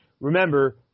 remember